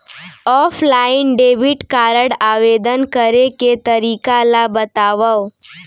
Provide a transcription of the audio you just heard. Offline debit card आवेदन करे के तरीका ल बतावव?